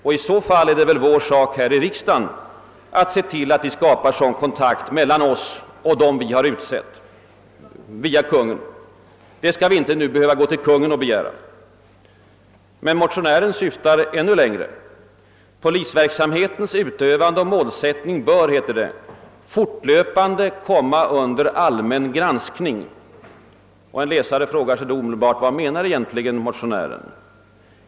Och i så fall är det väl vår sak här i riksdagen att skapa en sådan kontakt mellan oss och dem vi har utsett via Kungl. Maj:t. Det skall vi inte behöva gå till Konungen och begära. Motionären syftar emellertid ännu längre. Polisverksamhetens utövande och målsättning bör, heter det, fortlöpande komma »under allmän granskning». En läsare frågar sig omedelbart vad motionären egentligen menar.